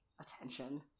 attention